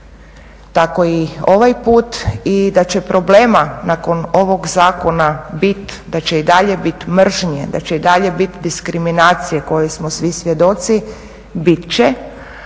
tako i ovaj put. I da će problema nakon ovog zakona biti, da će i dalje biti mržnje, da će i dalje biti diskriminacije kojoj smo svi svjedoci biti će,